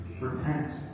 Repent